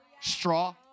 straw